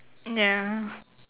ya